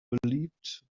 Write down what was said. beliebt